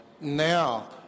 Now